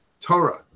Torah